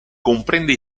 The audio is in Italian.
comprende